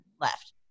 left